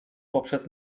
poprzez